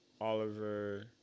Oliver